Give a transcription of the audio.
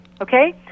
Okay